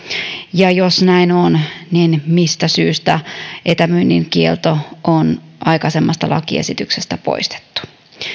ja jos näin on niin mistä syystä etämyynnin kielto on aikaisemmasta lakiesityksestä poistettu